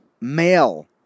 male